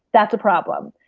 that's a problem.